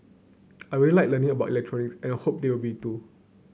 I really like learning about electronics and I hope they will too